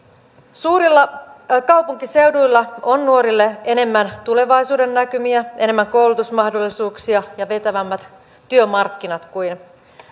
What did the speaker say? suurilla kaupunkiseuduilla on nuorille enemmän tulevaisuudennäkymiä enemmän koulutusmahdollisuuksia ja vetävämmät työmarkkinat kuin